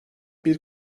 bir